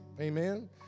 Amen